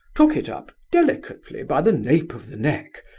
took it up delicately by the nape of the neck,